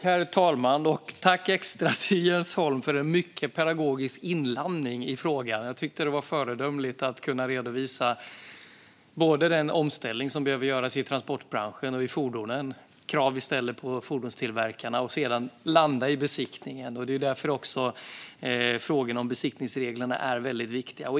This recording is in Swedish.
Herr talman! Jag vill ge ett extra tack till Jens Holm för en mycket pedagogisk inlandning i frågan. Jag tyckte att det var föredömligt att redovisa den omställning som behöver göras i transportbranschen och i fordonen och de krav vi ställer på fordonstillverkarna för att sedan landa i besiktningen. Frågorna om besiktningsreglerna är väldigt viktiga.